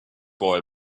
boy